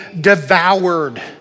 devoured